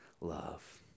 love